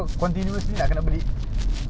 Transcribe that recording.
jap eh jap eh kau petik cu~